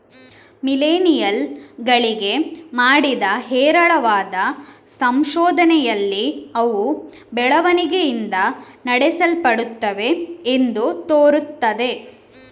millennial ಗಳಿಗೆ ಮಾಡಿದ ಹೇರಳವಾದ ಸಂಶೋಧನೆಯಲ್ಲಿ ಅವು ಬೆಳವಣಿಗೆಯಿಂದ ನಡೆಸಲ್ಪಡುತ್ತವೆ ಎಂದು ತೋರುತ್ತದೆ